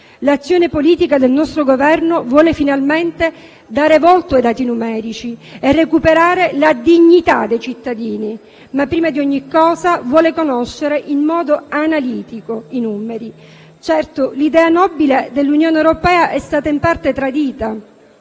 L'azione politica del nostro Governo vuole finalmente dare volto ai dati numerici e recuperare la dignità dei cittadini, ma prima di ogni cosa vuole conoscere i numeri in modo analitico. Certo, l'idea nobile dell'Unione europea è stata in parte tradita